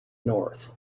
north